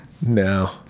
No